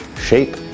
shape